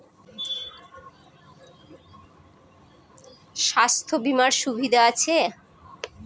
স্বাস্থ্য বিমার সুবিধা আছে?